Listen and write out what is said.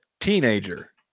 teenager